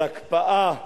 על הקפאה,